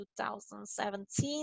2017